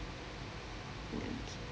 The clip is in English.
okay